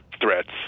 threats